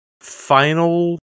final